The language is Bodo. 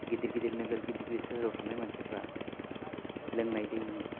गिदिर गिदिर नोगोर गिदिर गिदिर सोहोराव थानाय मानसिफ्रा लोंनाय दैनि